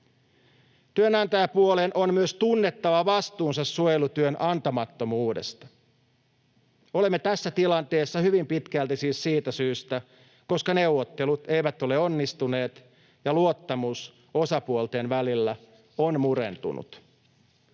Työnantajapuolen on myös tunnettava vastuunsa suojelutyön antamattomuudesta. Olemme tässä tilanteessa hyvin pitkälti siis siitä syystä, koska neuvottelut eivät ole onnistuneet ja luottamus osapuolten välillä on murentunut.